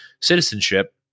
citizenship